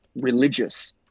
religious